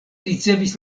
ricevis